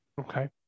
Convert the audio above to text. okay